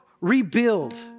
rebuild